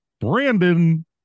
Brandon